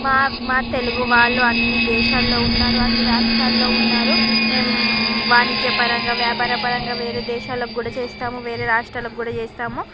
మా మా తెలుగు వాళ్ళు అన్ని దేశాల్లో ఉన్నారు అన్ని రాష్ట్రాల్లో ఉన్నారు మేము వాణిజ్య పరంగా వ్యాపార పరంగా వేరే దేశాలకు కూడా చేస్తాము వేరే రాష్ట్రాలకు కూడా చేస్తాము